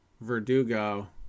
Verdugo